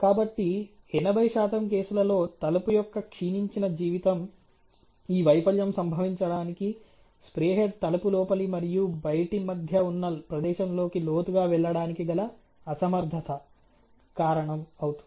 కాబట్టి 80 శాతం కేసులలో తలుపు యొక్క క్షీణించిన జీవితం ఈ వైఫల్యం సంభవించడానికి స్ప్రే హెడ్ తలుపు లోపలి మరియు బయటి మధ్య ఉన్న ప్రదేశంలోకి లోతుగా వెళ్ళడానికి గల అసమర్థత కారణం అవుతుంది